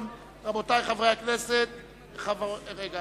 חוק ומשפט,